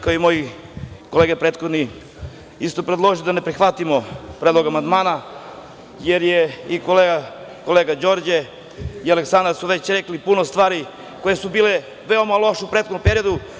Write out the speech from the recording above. Kao i moje prethodne kolege, isto bih predložio da ne prihvatimo predlog amandmana jer su i kolega Đorđe i Aleksandar već rekli puno stvari koje su bile veoma loše u prethodnom periodu.